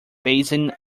basin